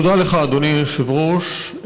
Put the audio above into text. תודה לך, אדוני היושב-ראש.